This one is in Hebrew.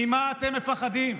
ממה אתם מפחדים?